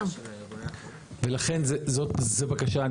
ולכן זו בקשה.